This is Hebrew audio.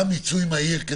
גם מיצוי מהיר,